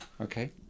Okay